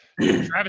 Travis